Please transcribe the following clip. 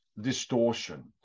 distortion